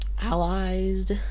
allies